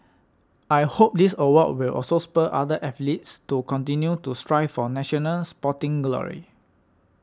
I hope this award will also spur other athletes to continue to strive for national sporting glory